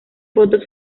fotos